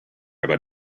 about